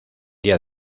día